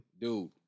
Dude